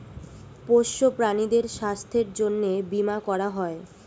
পোষ্য প্রাণীদের স্বাস্থ্যের জন্যে বীমা করা হয়